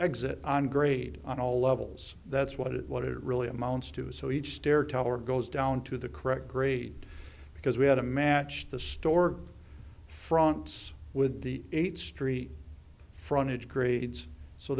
exit on grade on all levels that's what it what it really amounts to so each stair tower goes down to the correct grade because we had to match the store fronts with the eighth street frontage grades so